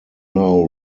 now